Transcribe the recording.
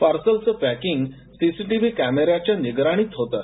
पार्सलचं packing CCTV कॅमेरेच्या निगराणीत होतं